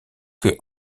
que